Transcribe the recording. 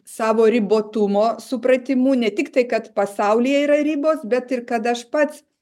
savo ribotumo supratimu ne tik tai kad pasaulyje yra ribos bet ir kad aš pats